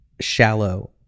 shallow